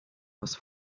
was